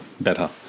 better